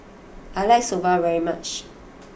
I like Soba very much